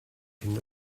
cyn